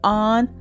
on